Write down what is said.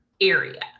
area